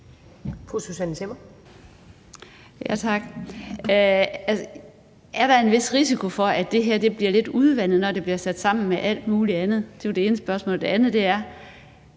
Er der en vis risiko for, at det her bliver lidt udvandet, når det bliver sat sammen med alt muligt andet? Det var det ene spørgsmål.